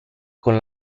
con